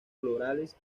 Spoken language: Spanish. florales